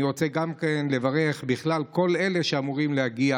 אני רוצה לברך בכלל כל אלה שאמורים להגיע